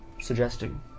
suggesting